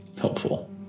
helpful